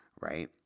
right